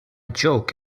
joke